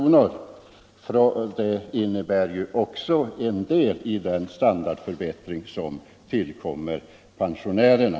Det bidrar ju också till den standardförbättring som tillkommer pensionärerna.